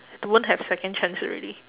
won't have second chance already